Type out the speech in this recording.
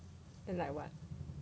then like [what]